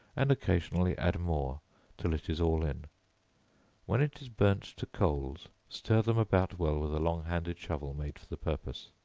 and occasionally add more till it is all in when it is burnt to coals, stir them about well with a long-handled shovel made for the purpose.